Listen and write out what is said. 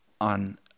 on